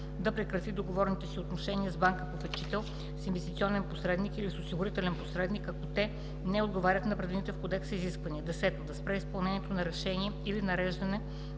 да прекрати договорните си отношения с банка-попечител, с инвестиционен посредник или с осигурителен посредник, ако те не отговарят на предвидените в кодекса изисквания; 10. да спре изпълнението на решение или нареждане